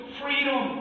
freedom